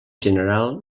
general